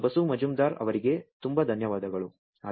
professor Basu Majumdar ಅವರಿಗೆ ತುಂಬಾ ಧನ್ಯವಾದಗಳು